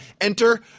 Enter